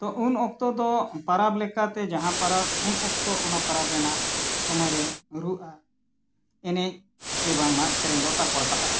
ᱛᱚ ᱩᱱ ᱚᱠᱛᱚ ᱫᱚ ᱯᱚᱨᱚᱵᱽ ᱞᱮᱠᱟᱛᱮ ᱡᱟᱦᱟᱸ ᱯᱚᱨᱚᱵᱽ ᱩᱱ ᱚᱠᱛᱚ ᱚᱱᱟ ᱯᱚᱨᱚᱵᱽ ᱨᱮᱱᱟᱜ ᱥᱚᱢᱚᱭ ᱨᱮ ᱨᱩᱜᱼᱟ ᱮᱱᱮᱡ ᱥᱮ ᱵᱟᱝᱢᱟ ᱥᱮᱨᱮᱧ ᱫᱚ ᱛᱟᱨᱠᱚ ᱨᱟᱠᱟᱵᱼᱟ